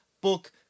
book